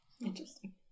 Interesting